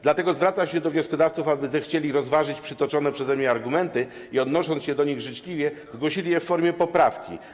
Dlatego zwracam się do wnioskodawców, aby zechcieli rozważyć przytoczone przeze mnie argumenty i, odnosząc się do nich życzliwie, zgłosili je w formie poprawki.